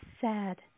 sad